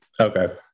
okay